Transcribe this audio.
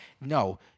No